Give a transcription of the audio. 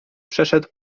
przeszedł